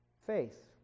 faith